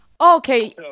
Okay